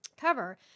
cover